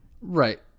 right